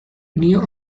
neo